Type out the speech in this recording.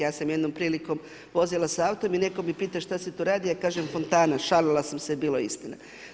Ja sam jednom prilikom vozila sa autom i netko me pita šta se tu radi, ja kažem fontana, šalila sam se a bila je istina.